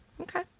Okay